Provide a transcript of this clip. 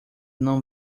não